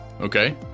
Okay